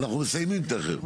אנחנו מסיימים תיכף.